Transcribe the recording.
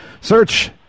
search